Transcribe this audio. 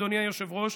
אדוני היושב-ראש,